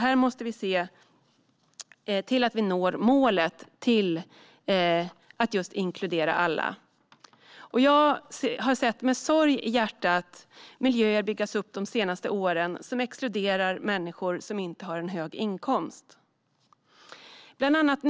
Vi måste se till att målet att inkludera alla nås. Jag har med sorg i hjärtat sett miljöer byggas upp de senaste åren där människor som inte har en hög inkomst exkluderas.